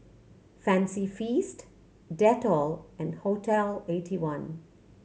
Fancy Feast Dettol and Hotel Eighty one